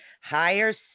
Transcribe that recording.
higher